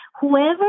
Whoever